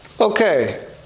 Okay